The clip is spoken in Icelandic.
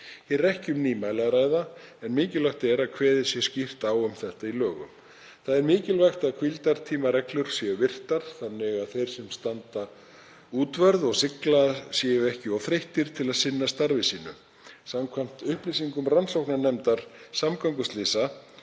Hér er ekki um nýmæli að ræða en mikilvægt er að kveðið sé skýrt á um þetta í lögum. Það er mikilvægt að hvíldartímareglur séu virtar þannig að þeir sem standa útvörð og sigla séu ekki of þreyttir til að sinna starfi sínu. Samkvæmt upplýsingum rannsóknarnefndar samgönguslysa